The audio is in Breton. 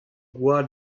gwall